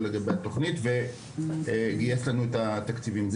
לתוכנית הזו וגייס לנו את התקציבים הנוספים עבורה.